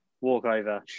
walkover